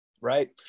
right